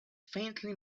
faintly